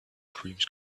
dreams